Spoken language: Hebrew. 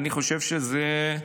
אני חושב שזה,